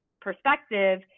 perspective